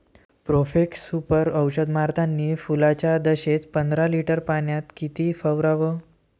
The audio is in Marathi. प्रोफेक्ससुपर औषध मारतानी फुलाच्या दशेत पंदरा लिटर पाण्यात किती फवाराव?